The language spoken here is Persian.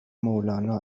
مولانا